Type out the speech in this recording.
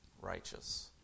righteous